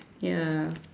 ya